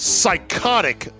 psychotic